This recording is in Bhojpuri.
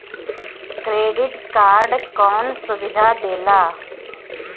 क्रेडिट कार्ड कौन सुबिधा देला?